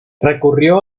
recurrió